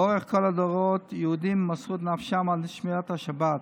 לאורך כל הדורות יהודים מסרו את נפשם על שמירת השבת.